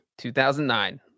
2009